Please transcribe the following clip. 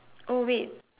oh wait